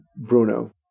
Bruno